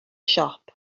siop